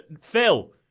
Phil